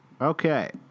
okay